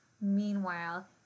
Meanwhile